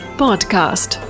podcast